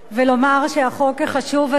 ולומר שהחוק החשוב הזה,